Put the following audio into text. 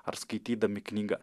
ar skaitydami knygas